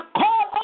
call